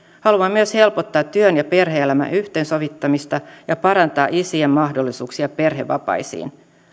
haluamme myös helpottaa työn ja perhe elämän yhteensovittamista ja parantaa isien mahdollisuuksia perhevapaisiin